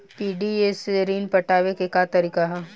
PDC से ऋण पटावे के का तरीका ह?